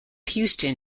houston